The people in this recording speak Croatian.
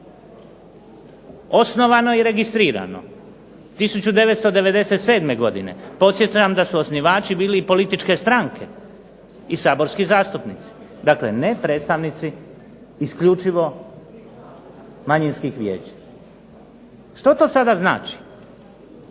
Osnovano je i registrirano 1997. godine podsjećam da su osnivači bili i političke stranke i saborski zastupnici. Dakle, ne predstavnici isključivo manjinskih vijeća. Što to sada znači?